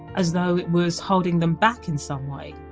as though it was holding them back in some way.